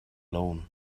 loan